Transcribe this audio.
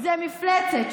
זאת מפלצת.